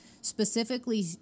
specifically